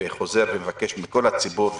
חוזר ומבקש מכל הציבור,